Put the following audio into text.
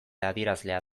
adierazlea